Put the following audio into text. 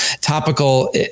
topical